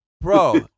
Bro